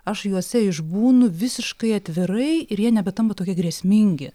aš juose išbūnu visiškai atvirai ir jie nebetampa tokie grėsmingi